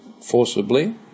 forcibly